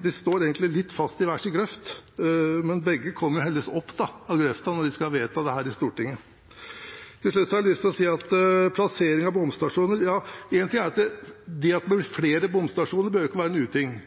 De står egentlig litt fast i hver sin grøft, men begge kommer heldigvis opp av grøfta når de skal vedta dette i Stortinget. Til slutt har jeg lyst til å si noe om plassering av bomstasjoner. Det ene er at det at det blir flere bomstasjoner, ikke behøver å være en uting.